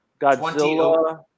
Godzilla